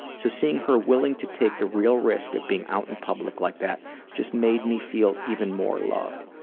so seeing her willing to take the real risk of being out in public like that just made me feel even more loved.